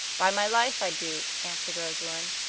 by my life i do, answered rosalind.